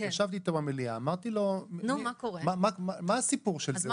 ישבתי אתו במליאה ושאלתי אותו מה הסיפור של זה.